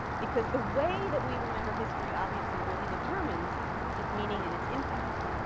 because the way that we remember history obviously really determines its meaning and its impact.